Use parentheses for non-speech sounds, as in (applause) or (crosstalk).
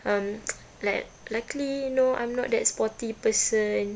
um (noise) like luckily you know I'm not that sporty person